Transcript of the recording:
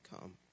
come